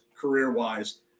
career-wise